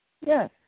Yes